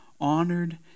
Honored